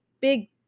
big